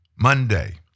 Monday